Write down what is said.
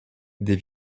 des